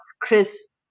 Chris